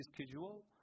schedule